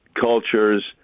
cultures